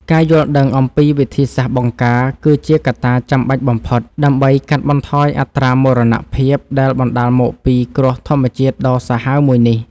ការយល់ដឹងអំពីវិធីសាស្ត្របង្ការគឺជាកត្តាចាំបាច់បំផុត ដើម្បីកាត់បន្ថយអត្រាមរណភាពដែលបណ្តាលមកពីគ្រោះធម្មជាតិដ៏សាហាវមួយនេះ។